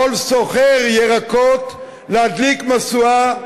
יכול סוחר ירקות להדליק משואה,